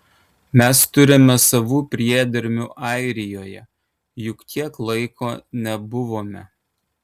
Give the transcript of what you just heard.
mes turime savų priedermių airijoje juk tiek laiko nebuvome